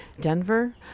Denver